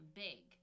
big